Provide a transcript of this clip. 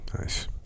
Nice